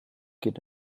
geht